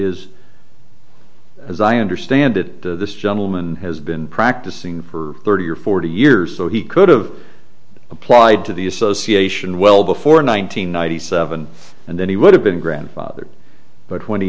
is as i understand it this gentleman has been practicing for thirty or forty years so he could have applied to the association well before nine hundred ninety seven and then he would have been grandfathered but when he